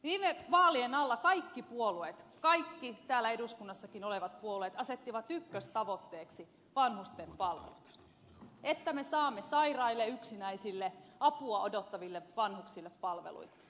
viime vaalien alla kaikki puolueet kaikki täällä eduskunnassakin olevat puolueet asettivat ykköstavoitteeksi vanhusten palvelut että me saamme sairaille yksinäisille apua odottaville vanhuksille palveluita